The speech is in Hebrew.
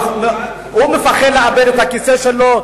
הוא מפחד לאבד את הכיסא שלו,